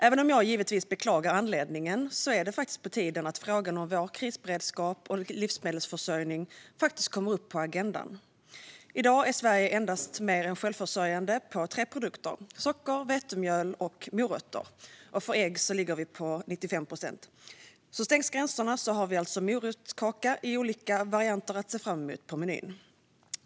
Även om jag givetvis beklagar anledningen är det faktiskt på tiden att frågan om vår krisberedskap och livsmedelsförsörjning kommer upp på agendan. I dag är Sverige mer än självförsörjande endast på tre produkter: socker, vetemjöl och morötter. För ägg ligger vi på 95 procent. Stängs gränserna har vi alltså morotskaka i olika varianter att se fram emot på menyn.